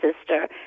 sister